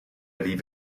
even